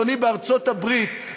אדוני: בארצות-הברית,